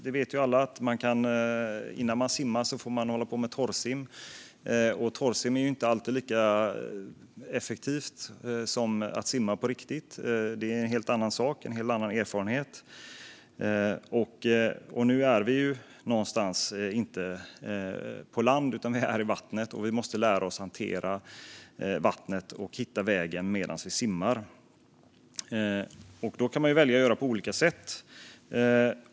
Det vet ju alla att innan man simmar får man hålla på med torrsim, och torrsim är inte alltid lika effektivt som att simma på riktigt. Det är en helt annan sak, en helt annan erfarenhet. Nu är vi inte på land, utan vi är i vattnet och måste lära oss att hantera vattnet och hitta vägen medan vi simmar. Då kan man välja att göra på olika sätt.